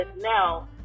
now